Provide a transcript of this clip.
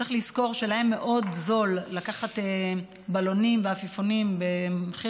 צריך לזכור שלהם מאוד זול לקחת בלונים ועפיפונים במחיר